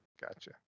gotcha